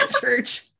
church